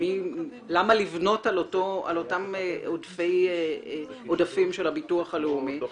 אז למה לבנות על אותם עודפים של הביטוח הלאומי?